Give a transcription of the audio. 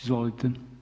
Izvolite.